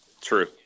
True